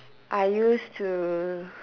I use to